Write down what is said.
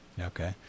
Okay